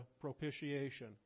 propitiation